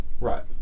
Right